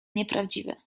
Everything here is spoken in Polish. nieprawdziwe